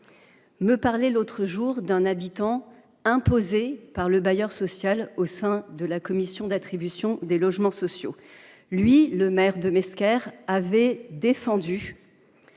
me parlait l’autre jour d’un habitant imposé par le bailleur social au sein de la commission d’attribution des logements. Le maire, quant à lui, avait défendu